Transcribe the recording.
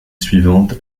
suivante